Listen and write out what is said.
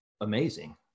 amazing